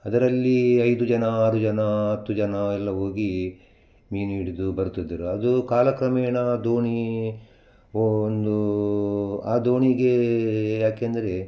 ಅದರಲ್ಲಿ ಐದು ಜನ ಆರು ಜನ ಹತ್ತು ಜನ ಎಲ್ಲ ಹೋಗಿ ಮೀನು ಹಿಡಿದು ಬರುತ್ತಿದ್ದರು ಅದು ಕಾಲ ಕ್ರಮೇಣ ದೋಣಿ ಒ ಒಂದು ಆ ದೋಣಿಗೆ ಯಾಕೆಂದರೆ